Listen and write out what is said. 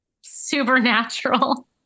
Supernatural